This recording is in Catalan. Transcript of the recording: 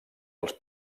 dels